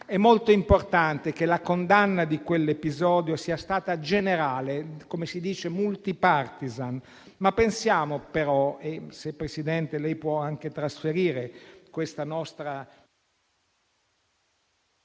È molto importante che la condanna di quell'episodio sia stata generale, come si dice multipartisan, ma pensiamo - Presidente, le chiedo se può anche trasferire questa nostra